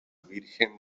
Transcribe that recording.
virgen